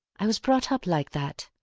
i was brought up like that.